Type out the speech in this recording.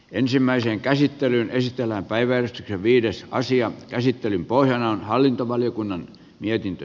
ensimmäisen käsittelyn ystävänpäivän rviidessä asian käsittelyn pohjana on hallintovaliokunnan mietintö